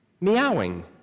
meowing